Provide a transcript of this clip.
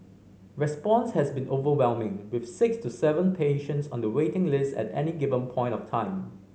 response has been overwhelming with six to seven patients on the waiting list at any given point of time